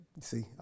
See